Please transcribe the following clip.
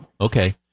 Okay